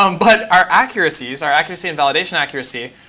um but our accuracies, our accuracy and validation accuracy,